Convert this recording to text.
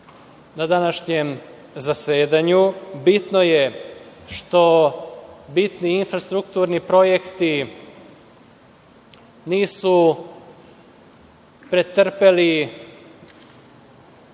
na današnjem zasedanju. Bitno je što bitni infrastrukturni projekti nisu pretrpeli